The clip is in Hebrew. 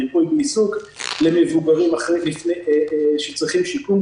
ריפוי בעיסוק למבוגרים שצריכים שיקום.